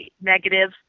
negative